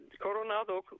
Coronado